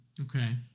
Okay